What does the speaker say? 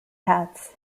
hats